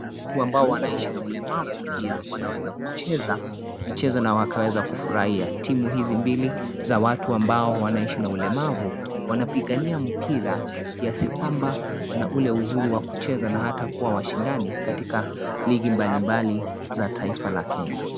Watu ambao wanaishi na ulemavu pia wanaweza kucheza michezo na wakaweza kufurahia, timu hizi mbili za watu ambao wanaishi na ulemavu wanapigania mpira kiasi kwamba wana ule uhuru wa kucheza na hata kuwa washindani katika ligi mbalimbali za taifa la Kenya.